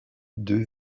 deux